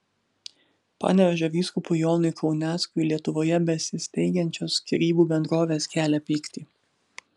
panevėžio vyskupui jonui kauneckui lietuvoje besisteigiančios skyrybų bendrovės kelia pyktį